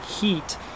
heat